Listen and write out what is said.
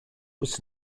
was